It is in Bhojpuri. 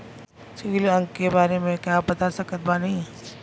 सिबिल अंक के बारे मे का आप बता सकत बानी?